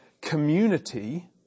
community